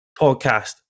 podcast